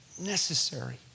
necessary